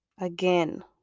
again